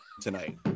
tonight